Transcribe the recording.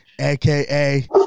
aka